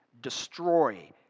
Destroy